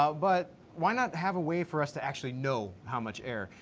ah but why not have a way for us to actually know how much air?